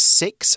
six